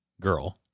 girl